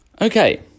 Okay